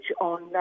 on